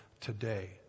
today